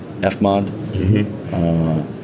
fmod